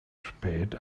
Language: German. spät